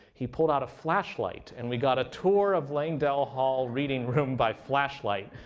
he pulled out a flashlight, and we got a tour of langdell hall reading room by flashlight.